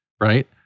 right